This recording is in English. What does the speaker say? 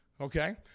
Okay